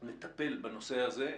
נטפל בנושא הזה,